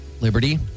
Liberty